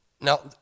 Now